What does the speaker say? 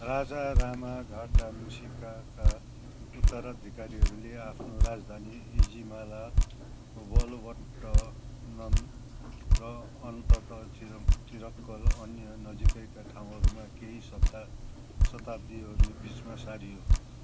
राजा रामाघाटा मुसिकाका उत्तराधिकारीहरूले आफ्नो राजधानी इजिमाला वलट्टनम र अन्तत चिरङ् चिरक्कल अन्य नजिकैका ठाउँहरूमा केही शब्दा शताब्दीहरू बिचमा सारियो